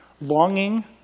longing